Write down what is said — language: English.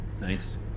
Nice